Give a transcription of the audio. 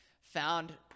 found